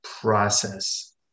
process